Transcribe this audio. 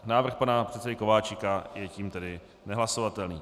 Návrh pana předsedy Kováčika je tím tedy nehlasovatelný.